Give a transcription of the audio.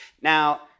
Now